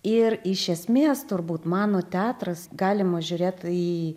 ir iš esmės turbūt mano teatras galima žiūrėt į